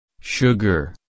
Sugar